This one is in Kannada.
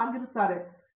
professor V